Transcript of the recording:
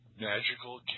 Magical